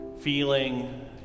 feeling